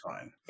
fine